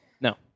No